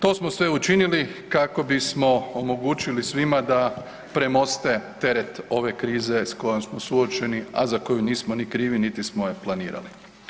To smo sve učinili kako bismo omogućili svima da premoste teret ove krize s kojom smo suočeni, a za koju nismo ni krivi, niti smo je planirali.